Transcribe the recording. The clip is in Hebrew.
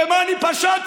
במה אני פשעתי?